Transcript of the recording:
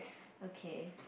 okay